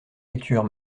lecture